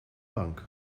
bank